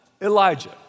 Elijah